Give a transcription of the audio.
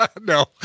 No